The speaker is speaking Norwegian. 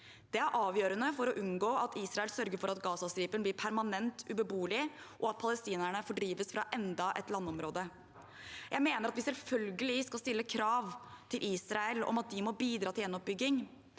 Det er avgjørende for å unngå at Israel sørger for at Gazastripen blir permanent ubeboelig, og at palestinerne fordrives fra enda et landområde. Jeg mener at vi selvfølgelig skal stille krav til Israel om at de må bidra til gjenoppbygging,